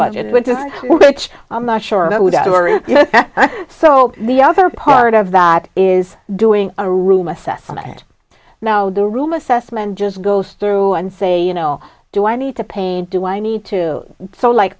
budget which is i'm not sure no doubt so the other part of that is doing a room assessment now the room assessment just goes through and say you know do i need to paint do i need to so like